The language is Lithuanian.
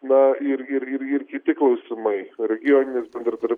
na ir ir ir kiti klausimai regioninis bendradar